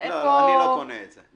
אני לא קונה את זה.